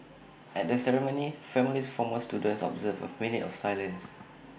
at the ceremony families formers students observed A minute of silence